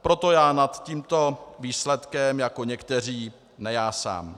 Proto já nad tímto výsledkem jako někteří nejásám.